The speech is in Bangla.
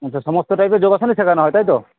আচ্ছা সমস্ত টাইপের যোগাসনই শেখানো হয় তাই তো